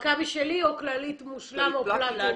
מכבי שלי או כללית מושלם או פלטינום.